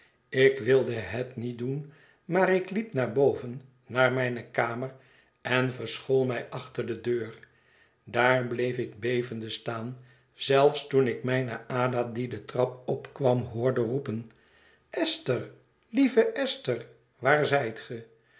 ik wilde het niet doen maar ik liep naar boven naar mijne kamer en verschool mij achter de deur daar bleef ik bevende staan zelfs toen ik mijne ada die de trap opkwam hoorde roepen esther lieve esther waar